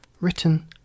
Written